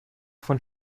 von